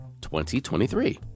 2023